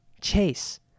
Chase